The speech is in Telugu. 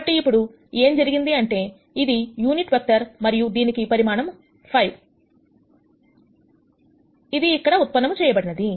కాబట్టి ఇప్పుడు ఏం జరిగింది అంటే ఇది యూనిట్ వెక్టర్ మరియు దీనికి పరిమాణము 5 ఇది ఇక్కడ ఉత్పన్నము చేయబడినది